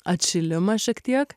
atšilimą šiek tiek